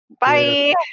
Bye